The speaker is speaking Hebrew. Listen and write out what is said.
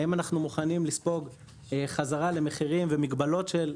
היום אנחנו מוכנים לספוג ולחזור בחזרה למחירים גבוהים ולמגבלות?